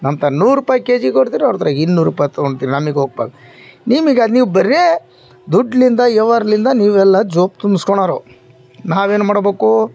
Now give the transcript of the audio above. ನಮ್ಮ ತಾ ನೂರು ರುಪಾಯ್ ಕೆ ಜಿಗ್ಕೊಡ್ತೀರೆ ಅವ್ರಹತ್ರ ಇನ್ನೂರು ರುಪಾಯ್ ತಗೋಂತೀರಿ ನಮಗೊಪ್ಪಲ್ಲ ನಿಮಗ ನೀವು ಬರೇ ದುಡ್ಡಿನಿಂದ ಯಾವುದರ್ಲಿಂದ ನೀವೆಲ್ಲ ಜೋಬು ತುಂಬಿಸ್ಕೊಣೋರು ನಾವೇನು ಮಾಡ್ಬೇಕು